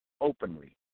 openly